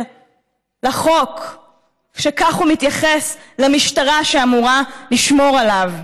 לחוק כשכך הוא מתייחס למשטרה שאמורה לשמור עליו?